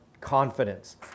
confidence